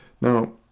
Now